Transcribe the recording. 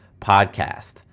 podcast